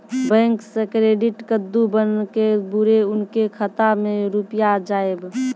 Bank से credit card बन के बुरे उनके खाता मे रुपिया जाएब?